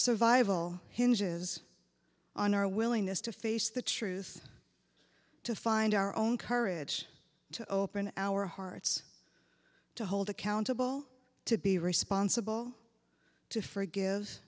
survival hinges on our willingness to face the truth to find our own courage to open our hearts to hold accountable to be responsible to forgive